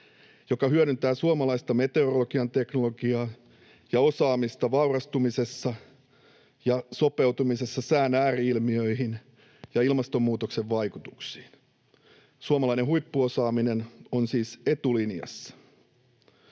joka hyödyntää suomalaista meteorologian teknologiaa ja osaamista varautumisessa ja sopeutumisessa sään ääri-ilmiöihin ja ilmastonmuutoksen vaikutuksiin. Suomalainen huippuosaaminen on siis etulinjassa.